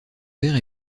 père